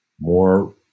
more